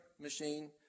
machine